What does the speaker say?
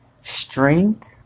strength